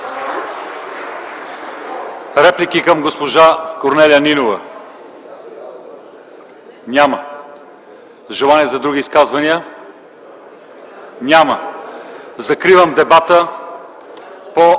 Реплики към госпожа Корнелия Нинова няма. Желания за други изказвания няма. Закривам дебата по решението